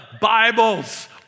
Bibles